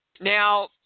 Now